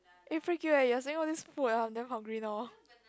eh freak you are you are saying all these food I am damn hungry now